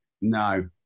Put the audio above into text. No